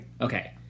Okay